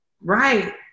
Right